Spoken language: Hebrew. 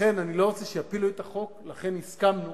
לכן אני לא רוצה שיפילו את החוק, ולכן הסכמנו